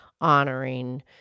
honoring